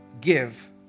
give